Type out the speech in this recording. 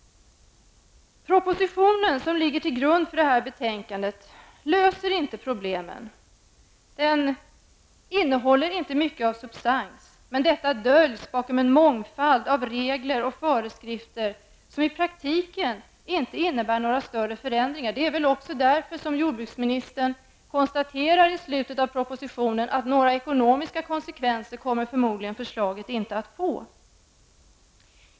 Propositionen som ligger till grund för detta betänkande löser inte problemen. Den innehåller inte mycket av substans. Detta döljs dock bakom en mångfald av regler och föreskrifter som i praktiken inte medför några större förändringar. Det är väl därför som jordbruksministern konstaterar i slutet av propositionen att förslaget förmodligen inte kommer att få några ekonomiska konsekvenser.